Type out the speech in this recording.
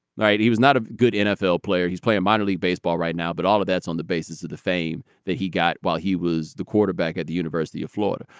right. he was not a good nfl player. he's playing minor league baseball right now. but all of that's on the basis of the fame that he got while he was the quarterback at the university of florida.